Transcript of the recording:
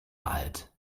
alt